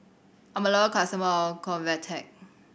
I'm a local customer of Convatec